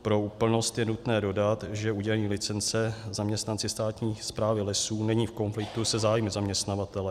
Pro úplnost je nutné dodat, že udělení licence zaměstnanci státní správy lesů není v konfliktu se zájmy zaměstnavatele.